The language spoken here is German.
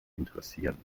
interessieren